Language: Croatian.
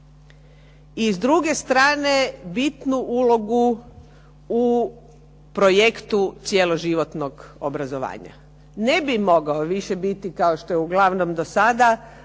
i s druge strane bitnu ulogu u projektu cjeloživotnog obrazovanja. Ne bi mogao više biti, kao što je uglavnom do sada